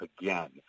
again